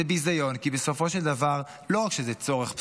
זה ביזיון כי בסופו של דבר לא רק שזה צורך בסיסי,